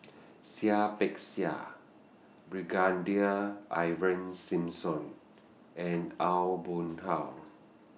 Seah Peck Seah Brigadier Ivan Simson and Aw Boon Haw